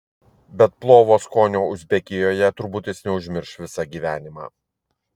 bet plovo skonio uzbekijoje turbūt jis neužmirš visą gyvenimą